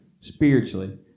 Spiritually